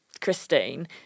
Christine